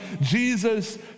Jesus